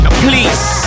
please